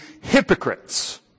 hypocrites